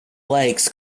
legs